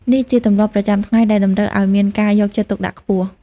នេះជាទម្លាប់ប្រចាំថ្ងៃដែលតម្រូវឲ្យមានការយកចិត្តទុកដាក់ខ្ពស់។